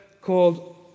called